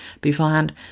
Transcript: beforehand